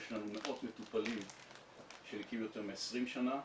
יש לנו מאות מטופלים שנקיים יותר מ-20 שנה.